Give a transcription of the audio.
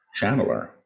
channeler